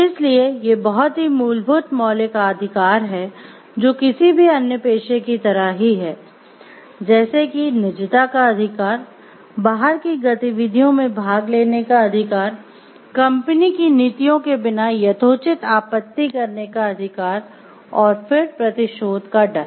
इसलिए ये बहुत ही मूलभूत मौलिक अधिकार हैं जो किसी भी अन्य पेशे की तरह ही हैं जैसे कि निजता का अधिकार बाहर की गतिविधियों में भाग लेने का अधिकार कंपनी की नीतियों के बिना यथोचित आपत्ति करने का अधिकार और फिर प्रतिशोध का डर